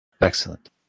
Excellent